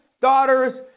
daughters